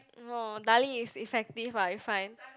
no Darlie is effective what I find